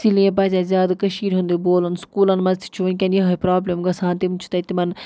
اسی لیے پَزِ اَسہِ زیادٕ کٔشیٖرِ ہُنٛدُے بولُن سکوٗلن منٛز تہِ چھُ وٕنکٮن یِہٕے پرابلِم گَژھان تِم چھِ تَتہِ تِمَن